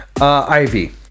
Ivy